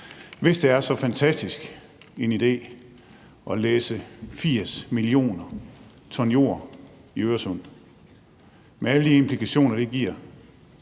Hvis det er så fantastisk en idé at læsse 80 mio. t jord ud i Øresund med alle de implikationer, det giver